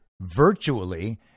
virtually